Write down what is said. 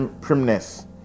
primness